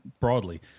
broadly